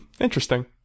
Interesting